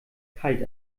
kalt